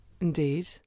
Indeed